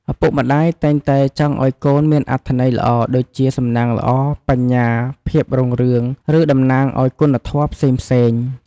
ឪពុកម្តាយតែងតែចង់ឲ្យឈ្មោះកូនមានអត្ថន័យល្អដូចជា សំណាងល្អ បញ្ញា ភាពរុងរឿង ឬ តំណាងឲ្យគុណធម៌ផ្សេងៗ។